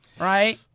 right